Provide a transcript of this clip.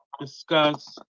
discuss